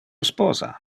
sposa